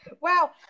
Wow